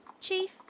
Chief